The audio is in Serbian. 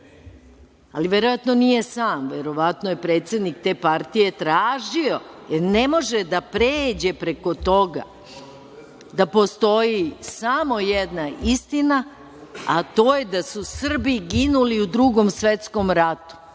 Verovatno nije sam, verovatno je predsednik te partije tražio jer ne može da pređe preko toga da postoji samo jedna istina, a to je da su Srbi ginuli u Drugog svetskom ratu.